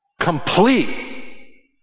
complete